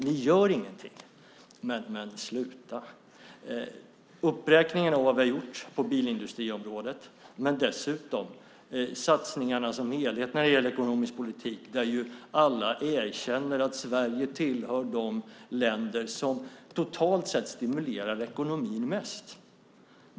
Ni har ju hört uppräkningen av vad vi har gjort på bilindustriområdet men dessutom satsningarna som helhet när det gäller ekonomisk politik, där ju alla erkänner att Sverige är bland de länder som totalt sett stimulerar ekonomin mest.